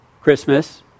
Christmas